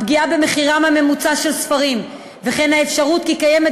הפגיעה במחירם הממוצע של ספרים וכן האפשרות כי קיימת